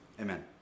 Amen